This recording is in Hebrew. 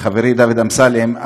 חברי דוד אמסלם,